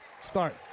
start